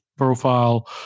profile